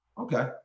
okay